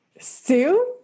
Sue